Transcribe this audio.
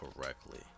correctly